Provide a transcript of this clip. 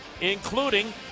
including